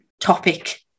topic